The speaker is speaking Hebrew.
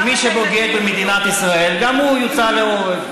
שמי שבוגד במדינת ישראל, גם הוא יוצא להורג.